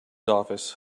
office